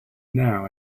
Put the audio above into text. now